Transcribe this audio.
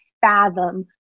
fathom